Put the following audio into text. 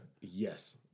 Yes